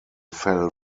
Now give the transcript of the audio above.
fell